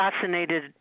fascinated